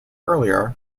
earlier